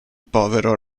povero